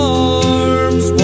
arms